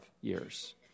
years